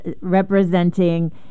representing